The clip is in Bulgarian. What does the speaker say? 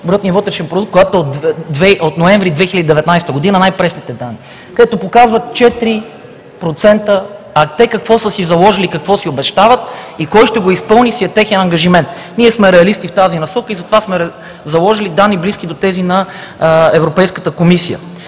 брутния вътрешен продукт, която е от месец ноември 2019 г., най-пресните данни, където показват 4%, а те какво са си заложили, какво си обещават и кой ще го изпълни си е техен ангажимент. Ние сме реалисти в тази насока и затова сме заложили данни, близки до тези на Европейската комисия.